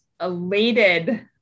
elated